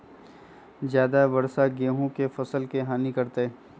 ज्यादा वर्षा गेंहू के फसल के हानियों करतै?